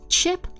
Chip